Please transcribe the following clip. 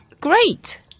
Great